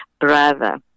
brother